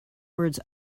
words